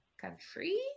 country